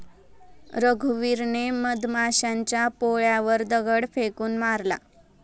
रघुवीरने मधमाशांच्या पोळ्यावर दगड फेकून मारला